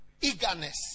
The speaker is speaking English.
Eagerness